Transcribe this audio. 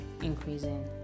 increasing